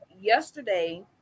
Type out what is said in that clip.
yesterday